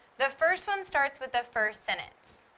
the first one starts with the first sentence.